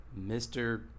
Mr